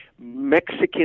Mexican